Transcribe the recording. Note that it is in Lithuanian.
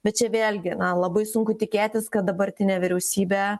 bet čia vėlgi labai sunku tikėtis kad dabartinė vyriausybė